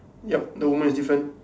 yup the woman is different